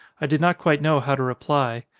i did not quite know how to reply.